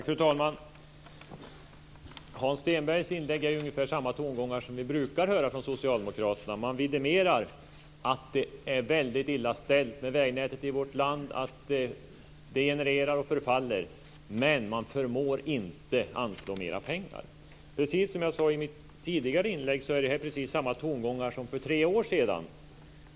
Fru talman! Hans Stenbergs inlägg innehåller ungefär samma tongångar som vi brukar höra från socialdemokraterna. De vidimerar att det är väldigt illa ställt med vägnätet i vårt land, att det degenererar och förfaller, men de förmår inte anslå mer pengar. Precis som jag sade i mitt tidigare inlägg så är detta precis samma tongångar som för tre år sedan.